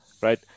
right